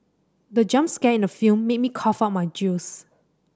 the jump scare in the film made me cough out my juice